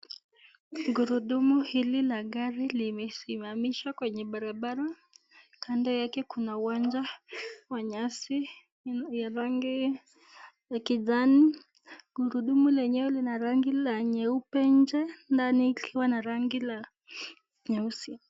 Gurudumu hili la gari limesimamishwa kwenye barabara , kando yake kuna uwanja wa nyasi ya rangi ya kijani. Gurudumu lenywe lina rangi la nyeupe nje ndani ikiwa na rangi la nyeusi.